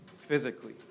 physically